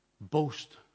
boast